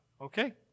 okay